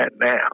now